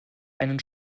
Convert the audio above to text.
einen